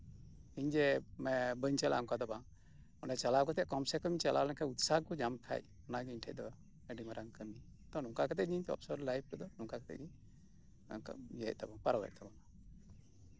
ᱤᱧ ᱡᱮ ᱵᱟᱹᱧ ᱪᱟᱞᱟᱜᱼᱟ ᱚᱱᱠᱟ ᱫᱚ ᱵᱟᱝ ᱪᱟᱞᱟᱣ ᱠᱟᱛᱮᱜ ᱠᱚᱢᱥᱮ ᱠᱚᱢ ᱩᱛᱥᱟᱦᱚ ᱠᱚ ᱧᱟᱢ ᱠᱷᱟᱱ ᱚᱱᱟᱜᱮ ᱤᱧ ᱴᱷᱮᱱ ᱫᱚ ᱟᱹᱰᱤ ᱢᱟᱨᱟᱝ ᱠᱟᱹᱢᱤ ᱛᱚ ᱱᱚᱝᱠᱟ ᱠᱟᱛᱮᱜ ᱜᱮ ᱚᱯᱥᱚᱨ ᱞᱭᱤᱯᱷ ᱨᱮᱫᱚ ᱱᱚᱝᱠᱟ ᱠᱟᱛᱮᱜ ᱜᱤᱧ ᱯᱟᱨᱚᱢᱮᱜ ᱛᱟᱵᱳᱱᱟ